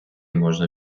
можна